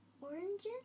Oranges